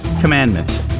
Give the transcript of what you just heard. commandment